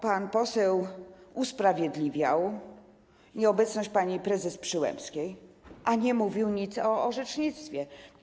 Pan poseł usprawiedliwiał nieobecność pani prezes Przyłębskiej, a nie mówił nic o orzecznictwie.